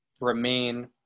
remain